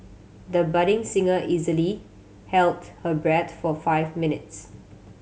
the budding singer easily held her breath for five minutes